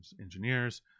engineers